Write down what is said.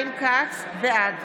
בעד